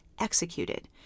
executed